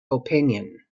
opinion